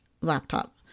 laptop